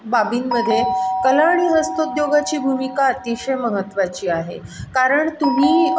बाबींमध्ये कला आणि हस्तोद्योगाची भूमिका अतिशय महत्त्वाची आहे कारण तुम्ही